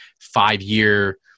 five-year